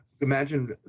imagine